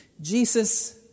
Jesus